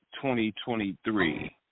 2023